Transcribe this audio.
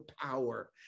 power